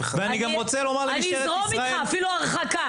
אני אזרום איתך, אפילו הרחקה